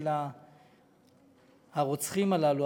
של הרוצחים הללו,